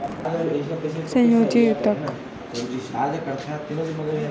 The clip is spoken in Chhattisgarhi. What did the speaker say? जानवर मन ले जेन रेसा मिलथे तेमा कोलेजन, केराटिन अउ फाइब्रोइन असन प्रोटीन मिलथे